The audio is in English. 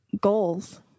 Goals